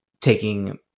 taking